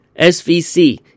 SVC